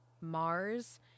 Mars